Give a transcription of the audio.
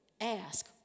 ask